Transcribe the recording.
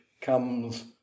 comes